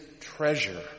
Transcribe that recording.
treasure